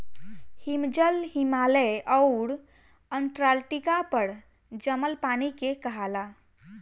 हिमजल, हिमालय आउर अन्टार्टिका पर जमल पानी के कहाला